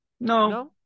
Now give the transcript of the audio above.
no